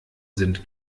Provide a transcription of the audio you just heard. sind